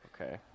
Okay